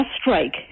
strike